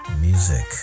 music